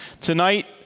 Tonight